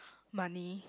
money